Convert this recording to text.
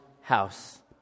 house